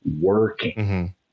working